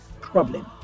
problem